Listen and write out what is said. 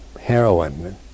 heroin